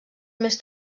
més